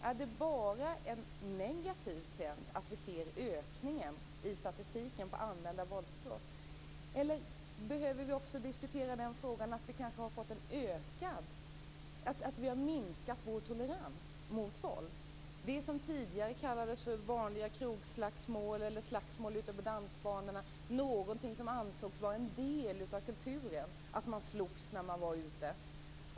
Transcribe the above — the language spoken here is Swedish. Är det bara en negativ trend att vi ser en ökning i statistiken över anmälda våldsbrott, eller är det också så att vi har minskat vår tolerans mot våld? Man kan i många historiska skildringar läsa om s.k. vanliga krogslagsmål eller slagsmål ute på dansbanorna. Det ansågs vara en del av kulturen att man slogs när man var ute.